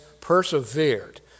persevered